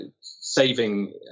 saving